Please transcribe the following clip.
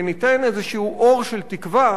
וניתן איזה אור של תקווה